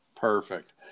Perfect